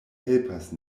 helpas